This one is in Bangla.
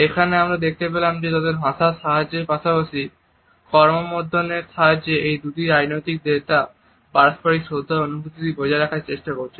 এখানে আমরা দেখতে পেলাম যে তাদের ভাষার সাহায্যের পাশাপাশি করমর্দনের সাহায্যে এই দুই রাজনৈতিক নেতা পারস্পরিক শ্রদ্ধার অনুভূতিটি বজায় রাখার চেষ্টা করছেন